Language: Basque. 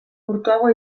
urtuago